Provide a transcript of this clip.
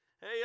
Hey